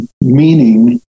meaning